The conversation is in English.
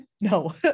No